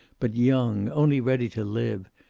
but young, only ready to live,